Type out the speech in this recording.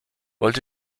wollt